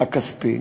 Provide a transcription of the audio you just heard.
הכספי.